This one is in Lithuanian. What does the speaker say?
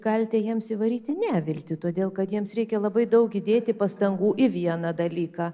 galite jiems įvaryti neviltį todėl kad jiems reikia labai daug įdėti pastangų į vieną dalyką